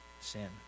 sin